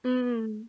mm